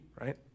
right